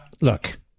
look